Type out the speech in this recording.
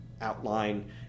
outline